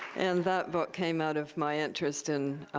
and that book came out of my interest in